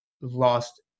lost